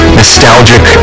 nostalgic